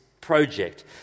project